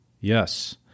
Yes